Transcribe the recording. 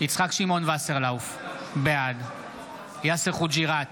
יצחק שמעון וסרלאוף, בעד יאסר חוג'יראת,